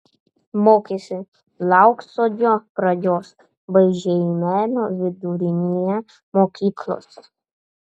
mokėsi lauksodžio pradžios bei žeimelio vidurinėje mokyklose